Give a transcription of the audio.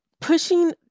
pushing